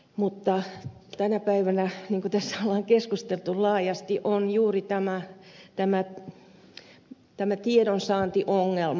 mutta tänä päivänä niin kuin tässä on keskusteltu laajasti on juuri tämä tiedonsaantiongelma